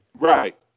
Right